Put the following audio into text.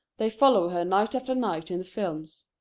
they follow her night after night in the films.